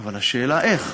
אבל השאלה איך.